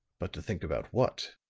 but to think about what?